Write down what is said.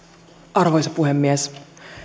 arvoisa puhemies